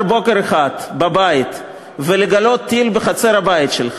בוקר אחד בבית ולגלות טיל בחצר הבית שלך,